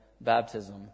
baptism